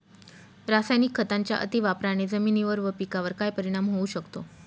रासायनिक खतांच्या अतिवापराने जमिनीवर व पिकावर काय परिणाम होऊ शकतो?